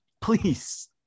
please